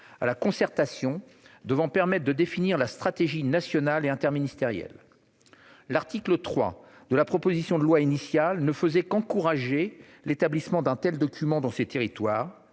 à la concertation en vue de définir la stratégie nationale et interministérielle. L'article 3 de la proposition de loi initiale ne faisait qu'encourager l'établissement d'un plan de protection des